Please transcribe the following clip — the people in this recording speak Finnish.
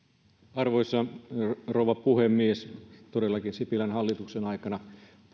arvoisa rouva puhemies todellakin sipilän hallituksen aikana